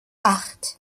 acht